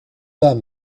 pas